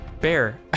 Bear